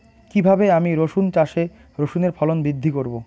কীভাবে আমি রসুন চাষে রসুনের ফলন বৃদ্ধি করব?